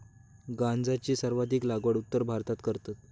गांजाची सर्वाधिक लागवड उत्तर भारतात करतत